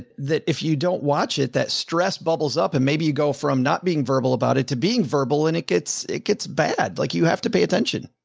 that if you don't watch it, that stress bubbles up and maybe you go from not being verbal about it to being verbal and it gets, it gets bad. like you have to pay attention.